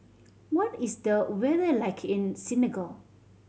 what is the weather like in Senegal